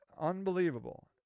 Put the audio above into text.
Unbelievable